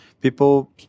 People